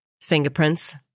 fingerprints